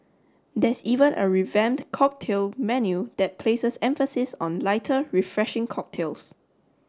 there's even a revamped cocktail menu that places emphasis on lighter refreshing cocktails